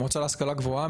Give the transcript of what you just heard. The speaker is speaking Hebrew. המועצה להשכלה גבוהה,